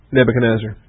Nebuchadnezzar